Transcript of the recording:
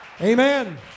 Amen